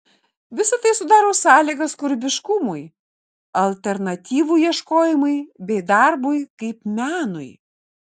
visa tai sudaro sąlygas kūrybiškumui alternatyvų ieškojimui bei darbui kaip menui